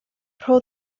rho